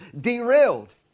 derailed